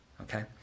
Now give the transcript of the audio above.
Okay